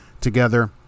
together